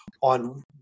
on